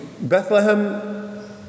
Bethlehem